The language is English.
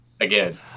again